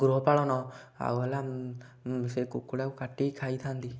ଗୃହପାଳନ ଆଉ ହେଲା ସେ କୁକୁଡ଼ାକୁ କାଟି ଖାଇଥାନ୍ତି